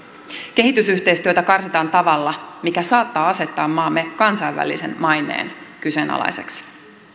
kehitysyhteistyötä karsitaan tavalla mikä saattaa asettaa maamme kansainvälisen maineen kyseenalaiseksi